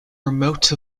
remote